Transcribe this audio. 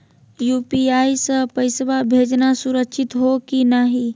UPI स पैसवा भेजना सुरक्षित हो की नाहीं?